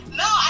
no